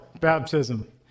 baptism